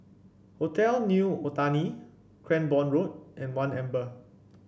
Hotel New Otani Cranborne Road and One Amber